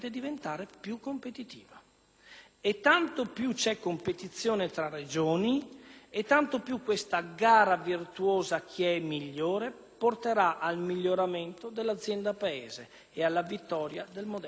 tanto più c'è competizione tra Regioni quanto più la gara virtuosa a chi è migliore porterà al miglioramento dell'"azienda Paese" e alla vittoria del modello federale.